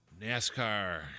NASCAR